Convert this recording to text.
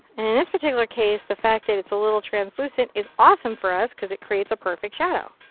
and in this particular case, the fact that it's a little translucent is awesome for us. because it creates a perfect shadow.